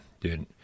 dude